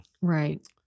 right